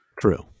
True